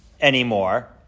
anymore